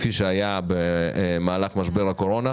כפי שהיה במהלך משבר הקורונה,